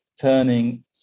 turning